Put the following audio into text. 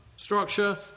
Structure